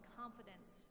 confidence